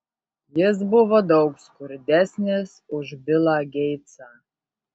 jis buvo daug skurdesnis už bilą geitsą